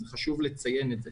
חשוב לציין את זה.